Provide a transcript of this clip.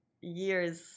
Years